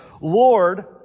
Lord